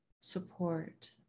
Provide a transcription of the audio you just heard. support